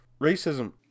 Racism